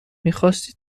میخاستی